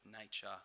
nature